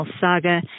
saga